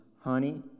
honey